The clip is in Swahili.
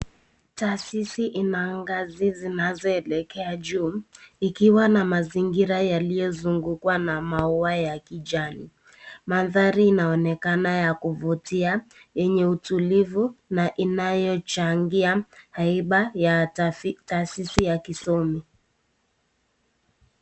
Taasisi inayo ngazi zinazoelekea juu. Ikiwa na mazingira yaliyozungukwa na mauwa ya kijani. Mandhari inaonekana ya kuvutia, enye utulivu na inayo changia haiba ya taasisi katika kisomi.